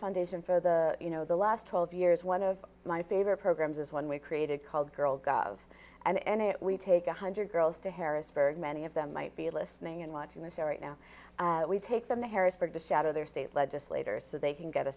foundation for the you know the last twelve years one of my favorite programs is one we created called girl god and it we take a hundred girls to harrisburg many of them might be listening and watching the series now we take them to harrisburg just out of their state legislators so they can get a